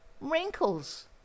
wrinkles